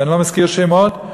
ואני לא מזכיר שמות,